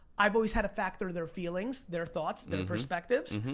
i've always had to factor their feelings, their thoughts, their perspectives,